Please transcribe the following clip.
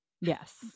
Yes